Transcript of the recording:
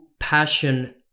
Passion